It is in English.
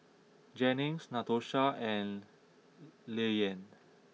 Jennings Natosha and Lilyan